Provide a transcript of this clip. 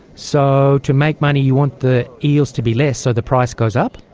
so to make money you want the eels to be less so the price goes up?